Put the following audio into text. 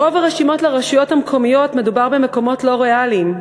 ברוב הרשימות לרשויות המקומיות מדובר במקומות לא ריאליים,